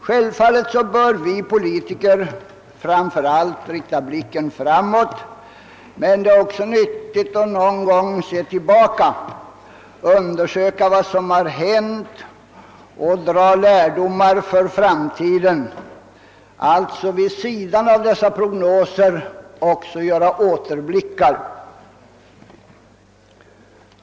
Självfallet bör vi politiker framför allt rikta blicken framåt, men det är också nödvändigt att någon gång se tillbaka, undersöka vad som händer, dra lärdomar för framtiden — alltså vid sidan av prognoserna — och även göra återblickar.